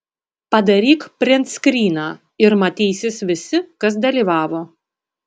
padaryk printskryną ir matysis visi kas dalyvavo